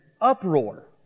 uproar